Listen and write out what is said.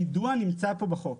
היידוע נמצא כאן בחוק.